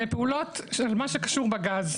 על הפעולות הקשורות בגז,